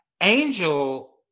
Angel